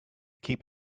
keep